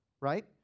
right